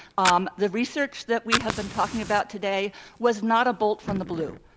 um the research that we have been talking about today was not a bolt from the blue.